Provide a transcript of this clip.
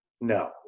No